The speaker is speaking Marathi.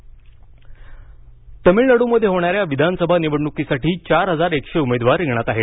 तमिळनाड उमेदवार तमिळनाडूमध्ये होणाऱ्या विधानसभा निवडणुकीसाठी चार हजार एकशे उमेदवार रिंगणात आहेत